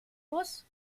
muss